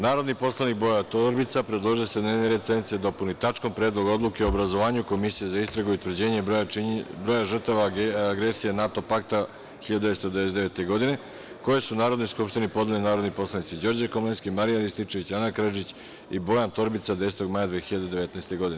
Narodni poslanik Bojan Torbica predložio je da se dnevni red sednice dopunu tačkom – Predlog odluke o obrazovanju komisije za istragu i utvrđenje broja žrtava agresije NATO pakta 1999. godine, koje su Narodnoj skupštini podneli narodni poslanici Đorđe Komlenski, Marijan Rističević, Ana Karadžić i Bojan Torbica, 10. maja 2019. godine.